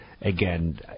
Again